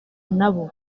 nabo